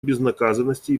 безнаказанности